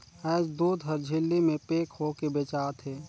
आयज दूद हर झिल्ली में पेक होयके बेचा थे